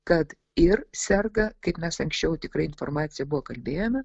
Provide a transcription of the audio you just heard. kad ir serga kaip mes anksčiau tikrai informacija buvo kalbėjome